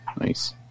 Nice